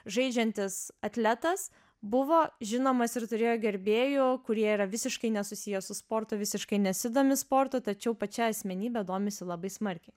žaidžiantis atletas buvo žinomas ir turėjo gerbėjų kurie yra visiškai nesusiję su sportu visiškai nesidomi sportu tačiau pačiai asmenybe domisi labai smarkiai